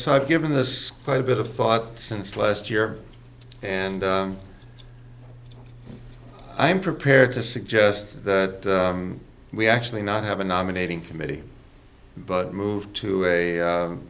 so i've given this quite a bit of thought since last year and i'm prepared to suggest that we actually not have a nominating committee but move to